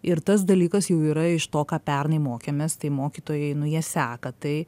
ir tas dalykas jau yra iš to ką pernai mokėmės tai mokytojai nu jie seka tai